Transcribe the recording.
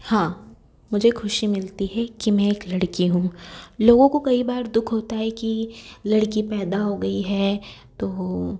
हाँ मुझे खुशी मिलती है कि मैं एक लड़की हूँ लोगों को कई बार दुःख होता है की लड़की पैदा हो गई है तो